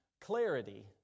clarity